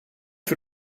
für